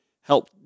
help